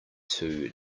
two